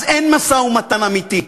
אז אין משא-ומתן אמיתי.